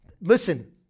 Listen